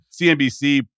CNBC